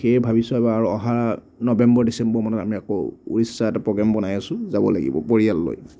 সেয়ে ভাবিছোঁ এইবাৰ অহা নবেম্বৰ ডিচেম্বৰ মানত আমি আকৌ উৰিষ্যাৰ এটা প্ৰ'গ্ৰেম বনাই আছোঁ যাব লাগিব পৰিয়াল লৈ